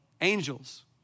angels